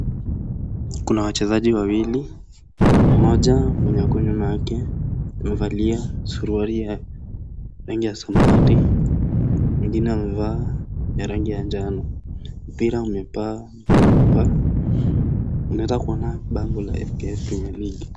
Kuna wachezaji wawili , mmoja mwenye ako nyuma yake amevalia suruali ya rangi ya samawati , wengine wamevaa ya rangi ya manjano . Mpira umepaa penye umepata, tunaweza kuona bango ya FKF.